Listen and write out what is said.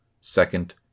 second